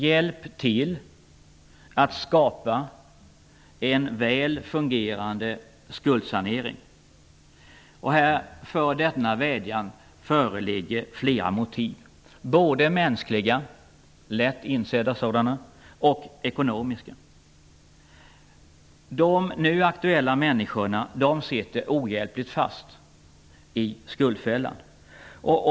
Hjälp till att skapa en väl fungerande skuldsanering! För denna vädjan föreligger flera motiv, både mänskliga -- som man lätt inser -- och ekonomiska. De nu aktuella människorna sitter ohjälpligt fast i skuldfällan.